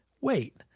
wait